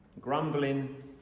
grumbling